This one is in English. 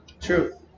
true